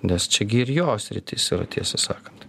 nes čia gi ir jos sritis yra tiesą sakant